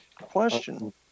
question